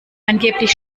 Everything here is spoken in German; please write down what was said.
angeblich